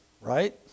Right